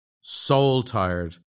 soul-tired